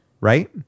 right